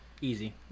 easy